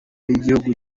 y’igihugu